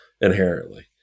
inherently